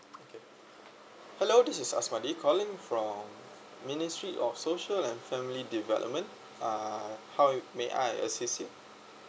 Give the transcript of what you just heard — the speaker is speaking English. okay hello this is asmadi calling from ministry of social and family development uh how may I assist you